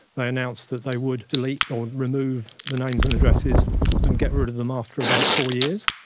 they announced that they would delete or remove the names and addresses and get rid of them after about four years,